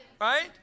right